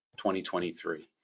2023